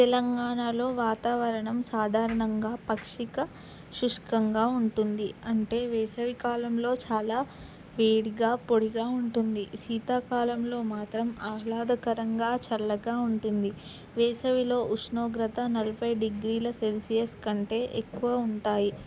తెలంగాణలో వాతావరణం సాధారణంగా పాక్షిక శుష్కంగా ఉంటుంది అంటే వేసవికాలంలో చాలా వేడిగా పొడిగా ఉంటుంది శీతాకాలంలో మాత్రం ఆహ్లాదకరంగా చల్లగా ఉంటుంది వేసవిలో ఉష్ణోగ్రత నలభై డిగ్రీల సెల్సియస్ కంటే ఎక్కువ ఉంటాయి